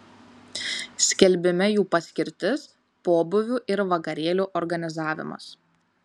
skelbime jų paskirtis pobūvių ir vakarėlių organizavimas